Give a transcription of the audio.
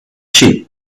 sheep